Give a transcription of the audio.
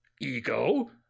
Ego